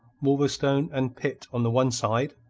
wolverstone, and pitt on the one side,